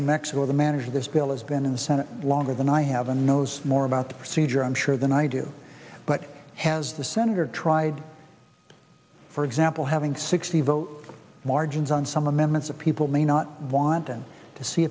from mexico to manage this bill has been in the senate longer than i have and knows more about the procedure i'm sure than i do but has the senator tried for example having sixty vote margin is on some amendments of people may not want him to see